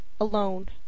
alone